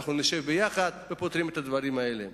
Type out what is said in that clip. נשב יחד ונפתור את הדברים האלה.